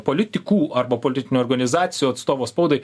politikų arba politinių organizacijų atstovo spaudai